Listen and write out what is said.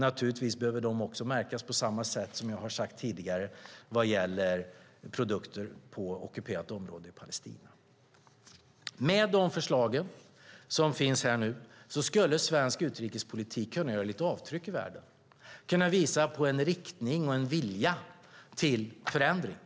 Givetvis behöver de också märkas på samma sätt som jag tidigare har sagt när det gäller produkter från ockuperat område i Palestina. Med dessa förslag skulle svensk utrikespolitik kunna göra lite avtryck i världen och visa på en riktning och en vilja till förändring.